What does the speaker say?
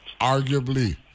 Arguably